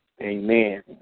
amen